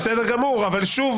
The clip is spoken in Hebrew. בסדר גמור, אבל שוב